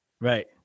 Right